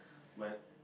well